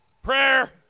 Prayer